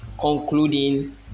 concluding